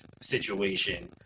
situation